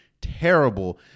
Terrible